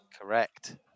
Correct